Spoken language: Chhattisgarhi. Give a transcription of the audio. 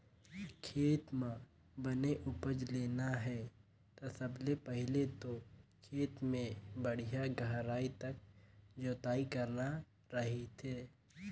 खेत म बने उपज लेना हे ता सबले पहिले तो खेत के बड़िहा गहराई तक जोतई करना रहिथे